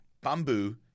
Bamboo